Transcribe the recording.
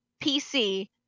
PC